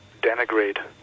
denigrate